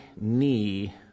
knee